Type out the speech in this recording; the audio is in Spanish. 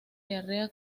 diarrea